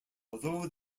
although